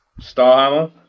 Starhammer